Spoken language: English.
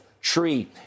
tree